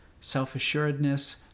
self-assuredness